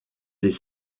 les